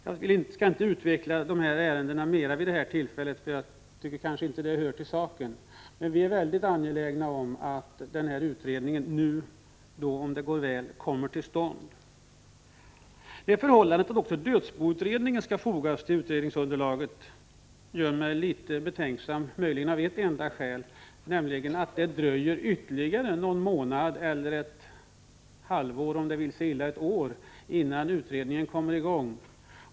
Jag skall inte utveckla dessa synpunkter mera vid detta tillfälle, då jag tycker att de kanske inte hör till saken, men vi är mycket angelägna om att översynen av jordförvärvslagen kommer till stånd. Det förhållandet att också dödsboutredningens förslag skall fogas till utredningsunderlaget gör mig litet betänksam, och det av ett enda skäl: Det dröjer ytterligare någon månad eller ett halvår, om det vill sig illa ett år, innan utredningen kan börja arbeta.